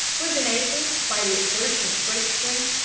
was enabled, by the exertion of great strength,